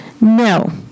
No